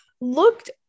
looked